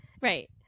Right